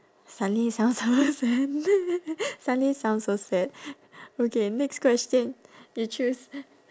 suddenly sound so sad suddenly sound so sad okay next question you choose